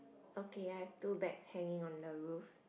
okay I have two bags hanging on the roof